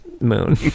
moon